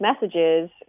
messages